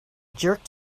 jerked